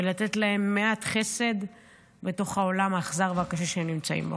ולתת להן מעט חסד בתוך העולם האכזר והקשה שהן נמצאות בו.